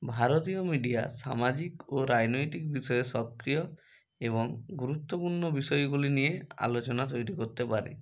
ভারতীয় মিডিয়া সামাজিক ও রাজনৈতিক বিষয়ে সক্রিয় এবং গুরুত্বপূর্ণ বিষয়গুলি নিয়ে আলোচনা তৈরি করতে পারে